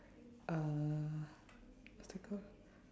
uh what's that called